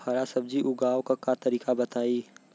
हरा सब्जी उगाव का तरीका बताई?